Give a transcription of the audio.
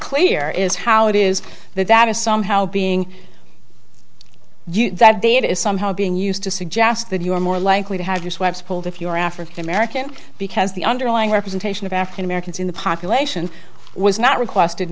clear is how it is that that is somehow being that date is somehow being used to suggest that you're more likely to have your swabs pulled if you're african american because the underlying representation of african americans in the population was not requested